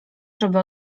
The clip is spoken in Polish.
żeby